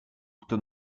kto